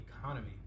economy